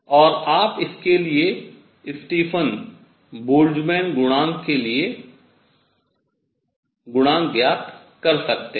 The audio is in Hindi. और आप इसके लिए स्टीफन बोल्ट्जमैन गुणांक के लिए गुणांक ज्ञात कर सकते हैं